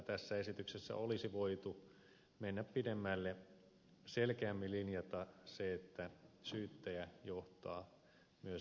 tässä esityksessä olisi voitu mennä pidemmälle selkeämmin linjata se että syyttäjä johtaa myös esitutkintaa